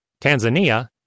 Tanzania